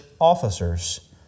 officers